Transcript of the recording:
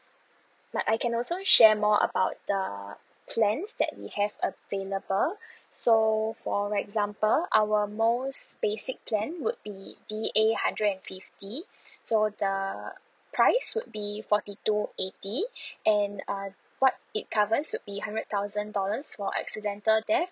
but I can also share more about the plans that we have available so for example our most basic plan would be D A hundred and fifty so the price would be forty two eighty and uh what it covers would be hundred thousand dollars for accidental death